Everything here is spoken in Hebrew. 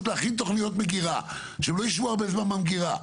להכין תוכניות מגירה שהן לא ישבו הרבה זמן במגירה.